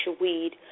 weed